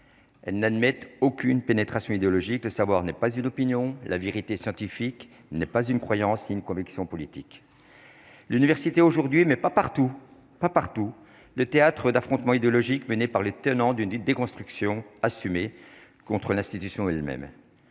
n'admettent aucune pénétration idéologique le savoir n'est pas une opinion la vérité scientifique n'est pas une croyance, c'est une conviction politique l'université aujourd'hui, mais pas partout, pas partout le théâtre d'affrontements idéologiques, menée par les tenants d'une déconstruction assumé contre l'institution elle-même